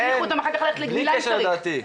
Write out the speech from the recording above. בלי קשר לדעתי.